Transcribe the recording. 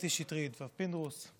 קטי שטרית והרב פינדרוס,